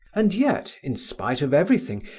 and yet, in spite of everything,